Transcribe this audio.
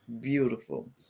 beautiful